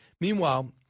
Meanwhile